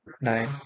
nine